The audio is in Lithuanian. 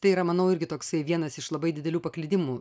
tai yra manau irgi toksai vienas iš labai didelių paklydimų